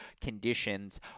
conditions